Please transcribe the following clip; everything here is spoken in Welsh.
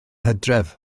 hydref